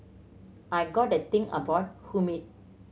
I got a thing about humid